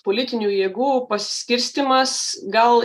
politinių jėgų paskirstymas gal